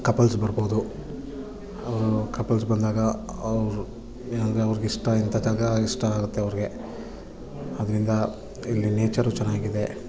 couples ಬರ್ಬೋದು couples ಬಂದಾಗ ಅವರು ಅಂದರೆ ಅವ್ರ್ಗೆ ಇಷ್ಟ ಇಂಥ ಜಾಗ ಇಷ್ಟ ಆಗುತ್ತೆ ಅವ್ರಿಗೆ ಅದರಿಂದ ಇಲ್ಲಿ ನೇಚರು ಚೆನ್ನಾಗಿದೆ